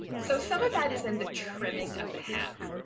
so some of that is in the trimming of the hats.